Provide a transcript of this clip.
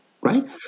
right